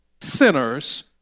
sinners